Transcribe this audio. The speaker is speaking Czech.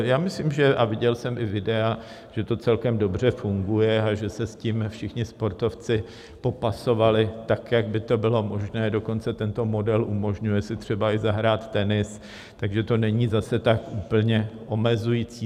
Já myslím a viděl jsem i videa že to celkem dobře funguje a že se s tím všichni sportovci popasovali tak, jak by to bylo možné, dokonce tento model umožňuje si i třeba zahrát tenis, takže to není zase tak úplně omezující.